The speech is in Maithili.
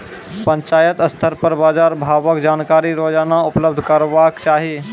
पंचायत स्तर पर बाजार भावक जानकारी रोजाना उपलब्ध करैवाक चाही?